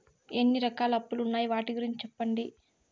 ఎన్ని రకాల అప్పులు ఉన్నాయి? వాటి గురించి సెప్పండి?